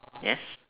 yes